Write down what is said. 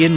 N